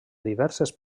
diverses